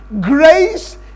Grace